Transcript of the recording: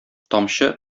тамчы